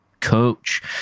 coach